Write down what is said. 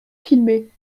filmer